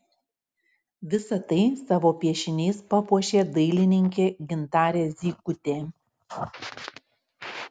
visa tai savo piešiniais papuošė dailininkė gintarė zykutė